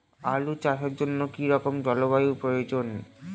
আলু চাষের জন্য কি রকম জলবায়ুর প্রয়োজন?